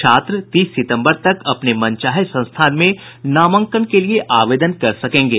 छात्र तीस सितम्बर तक अपने मनचाहे संस्थान में नामांकन के लिए आवेदन कर सकेंगे